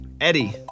Eddie